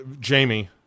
Jamie